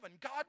God